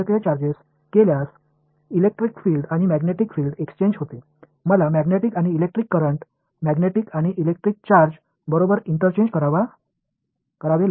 நான் மின்சார மற்றும் காந்தத்தை பரிமாறிக்கொண்டால் மின்சார புலம் மற்றும் காந்தப்புலம் ஒன்றுக்கொன்று மாறக்கூடியது காந்த மற்றும் மின்சார கரன்ட்ஸ் காந்த மற்றும் மின்சார சார்ஜ் பரிமாறிக்கொள்ள வேண்டும்